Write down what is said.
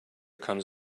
comes